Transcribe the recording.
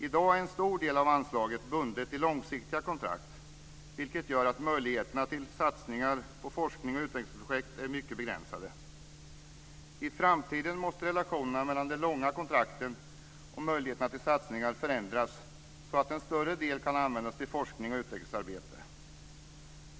I dag är en stor del av anslaget bundet till långsiktiga kontrakt, vilket gör att möjligheterna till satsningar på forskning och utvecklingsprojekt är mycket begränsade. I framtiden måste relationerna mellan de långa kontrakten och möjligheterna till satsningar förändras så att en större del kan användas till forskning och utvecklingsarbete.